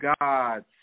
gods